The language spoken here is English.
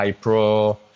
Pro